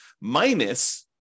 minus